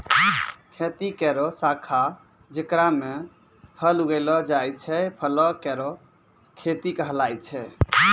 खेती केरो शाखा जेकरा म फल उगैलो जाय छै, फलो केरो खेती कहलाय छै